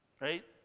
right